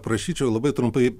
prašyčiau labai trumpai